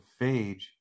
phage